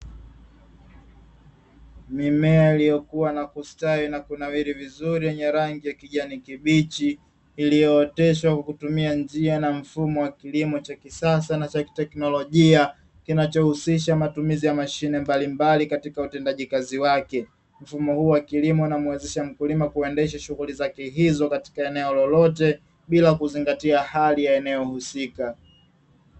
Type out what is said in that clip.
Mimea iliyokuwa na kustawi na kunawiri vizuri yenye rangi ya kijani kibichi, iliyooteshwa kwa kutumia njia na mfumo wa kilimo cha kisasa na teknolojia, kinachohusisha matumizi ya mashine mbalimbali katika utendaji kazi wake, mfumo huu wa kilimo na muanzisha mkulima kuendesha shughuli zake hizo katika eneo lolote bila kuzingatia hali ya eneo husika.